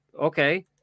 okay